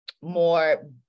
more